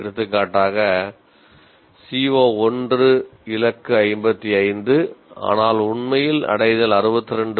எடுத்துக்காட்டாக CO1 இலக்கு 55 ஆனால் உண்மையில் அடைதல் 62